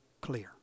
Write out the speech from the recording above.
clear